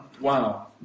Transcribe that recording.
wow